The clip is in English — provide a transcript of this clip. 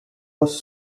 was